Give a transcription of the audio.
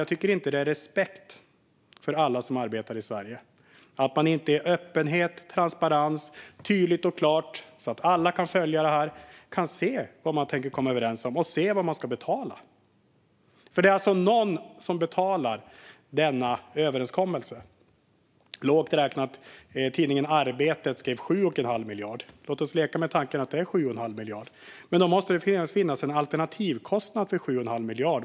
Jag tycker inte att det är att visa respekt för alla som arbetar i Sverige att man inte gör det här i öppenhet, i transparens och tydligt och klart så att alla kan följa det här och se vad man tänker komma överens om och vad det ska kosta. För det är någon som betalar för denna överenskommelse. Tidningen Arbetet skrev att det kommer att kosta 7 1⁄2 miljard. Låt oss leka med tanken att det blir 7 1⁄2 miljard. Då måste det finnas en alternativkostnad för 7 1⁄2 miljard.